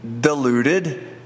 diluted